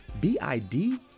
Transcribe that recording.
B-I-D